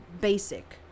basic